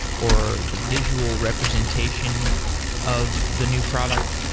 or the visual representation of the new product?